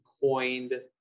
coined